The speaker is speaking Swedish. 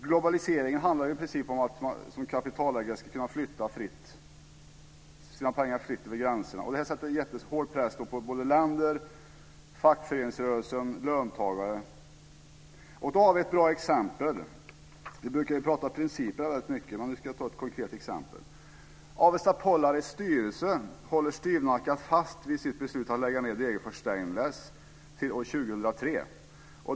Globaliseringen handlar i princip om att kapitalägare ska kunna flytta sina pengar fritt över gränserna. Det sätter mycket hård press på länder, fackföreningsrörelsen och löntagare. Jag har ett bra exempel. Vi brukar tala mycket om principer, men jag ska här ta ett konkret exempel. Avesta Polarits styrelse håller styvnackat fast vid sitt beslut att lägga ned Degerfors Stainless till år 2003.